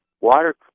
water